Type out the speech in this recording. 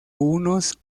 unos